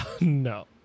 No